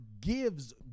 gives